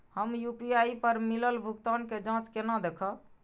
हम यू.पी.आई पर मिलल भुगतान के जाँच केना देखब?